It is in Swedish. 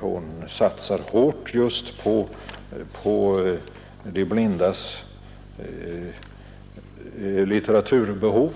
Hon satsar hårt just på de blindas litteraturbehov,